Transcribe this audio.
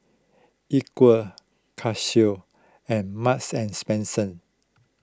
Equal Casio and Marks and Spencer